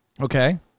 Okay